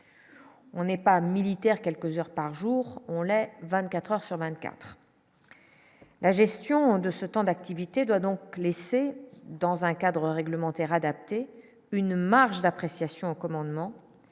On n'est pas militaire quelques heures par jour, on l'est 24 heures sur 24 : la gestion de ce temps d'activité doit donc laisser dans un cadre réglementaire adapté une marge d'appréciation au commandement